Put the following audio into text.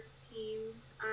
teams